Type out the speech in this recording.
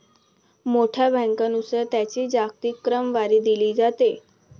मोठ्या बँकांनुसार त्यांची जागतिक क्रमवारी दिली जाते